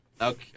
Okay